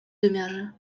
wymiarze